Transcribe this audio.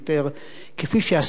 כפי שאספסיאנוס,